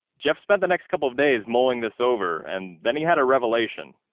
jeff spent the next couple of days mulling this over and then he had a revelation.